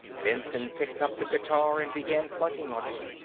benson picked up the guitar and began plunking on it.